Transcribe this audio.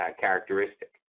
characteristic